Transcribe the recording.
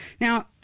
Now